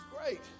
great